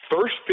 First